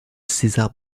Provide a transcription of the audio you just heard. césar